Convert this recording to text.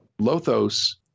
Lothos